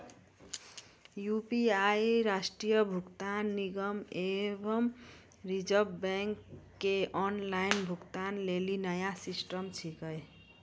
UPI राष्ट्रीय भुगतान निगम एवं रिज़र्व बैंक के ऑनलाइन भुगतान लेली नया सिस्टम छिकै